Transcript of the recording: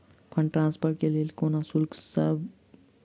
Fund transfer केँ लेल कोनो शुल्कसभ छै?